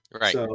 Right